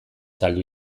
saldu